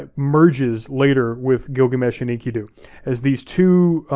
ah merges later with gilgamesh and enkidu as these two